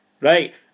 right